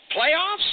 Playoffs